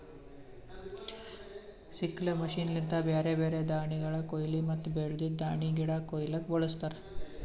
sickle machine ಲಿಂತ ಬ್ಯಾರೆ ಬ್ಯಾರೆ ದಾಣಿಗಳ ಕೋಯ್ಲಿ ಮತ್ತ ಬೆಳ್ದಿದ್ ದಾಣಿಗಿಡ ಕೊಯ್ಲುಕ್ ಬಳಸ್ತಾರ್